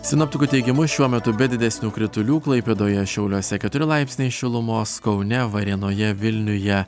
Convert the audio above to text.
sinoptikų teigimu šiuo metu be didesnių kritulių klaipėdoje šiauliuose keturi laipsniai šilumos kaune varėnoje vilniuje